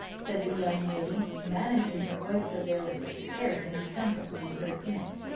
said the young lady, managing her voice so there was scarce any tremble to be heard in it.